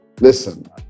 listen